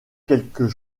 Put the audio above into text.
quelques